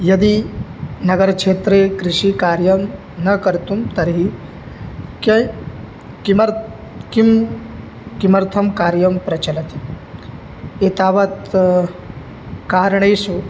यदि नगरक्षेत्रे कृषिकार्यं न कर्तुं तर्हि किमर्थं कार्यं प्रचलति एतावत् कारणेषु